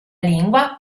lingua